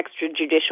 extrajudicial